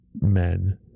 men